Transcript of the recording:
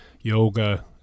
yoga